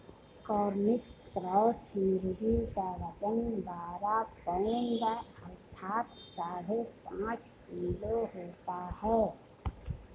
Cornish cross मुर्गी का वजन बारह पाउण्ड अर्थात साढ़े पाँच किलो होता है